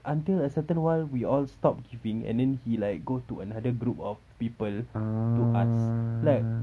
until a certain while we all stopped giving and then he like go to another group of people to ask like